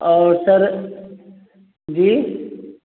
और सर जी